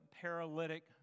paralytic